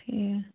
ٹھیٖک